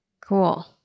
Cool